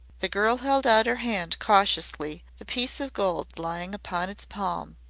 the girl held out her hand cautiously the piece of gold lying upon its palm.